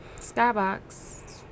Skybox